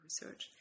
Research